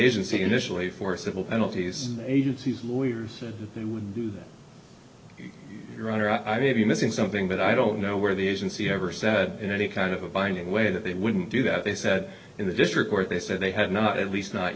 agency initially for civil penalties and agencies lawyers who would do that your honor i may be missing something but i don't know where the agency ever said in any kind of a binding way that they wouldn't do that they said in the district court they said they had not at least not